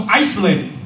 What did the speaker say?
isolated